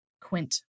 Quint